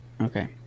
okay